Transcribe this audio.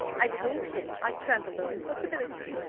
i told him i trampled on impossibilities.